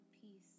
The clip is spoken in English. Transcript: Peace